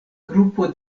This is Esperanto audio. grupo